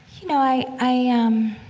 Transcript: you know, i i, ah um,